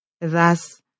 Thus